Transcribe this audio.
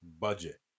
Budget